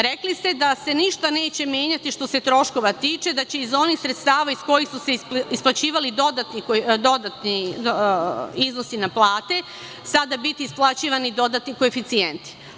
Rekli ste da se ništa neće menjati, što se troškova tiče, da će iz onih sredstava iz kojih su se isplaćivali dodatni iznosi na plate sada biti isplaćivani dodatni koeficijenti.